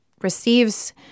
receives